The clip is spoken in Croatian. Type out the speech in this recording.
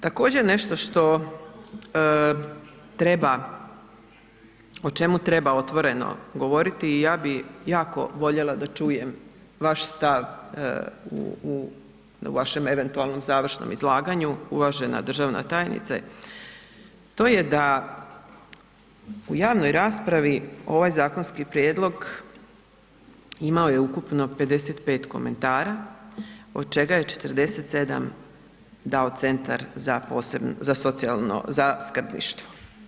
Također, nešto što treba o čemu treba otvoreno govoriti, ja bih jako voljela da čujem vaš stav, u vašem eventualnom završnom izlaganju, uvažena državna tajnice, to je da u javnoj raspravi, ovaj zakonski prijedlog imao je ukupno 55 komentara, od čega je 47 dao Centar za posebno skrbništvo.